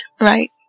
right